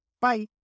Bye